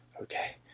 okay